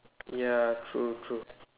ya true true